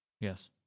Yes